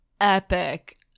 epic